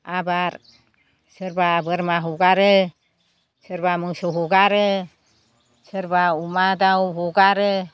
आबाद सोरबा बोरमा हगारो सोरबा मोसौ हगारो सोरबा अमा दाव हगारो